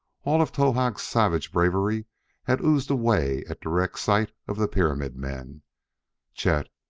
all of towahg's savage bravery had oozed away at direct sight of the pyramid men chet,